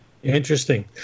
Interesting